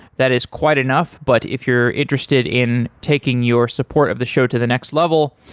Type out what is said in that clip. that is quite enough, but if you're interested in taking your support of the show to the next level,